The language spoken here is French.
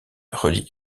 relie